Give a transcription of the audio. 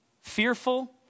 fearful